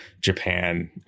Japan